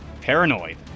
paranoid